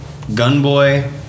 Gunboy